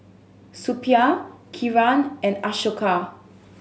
Suppiah Kiran and Ashoka